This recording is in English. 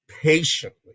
Patiently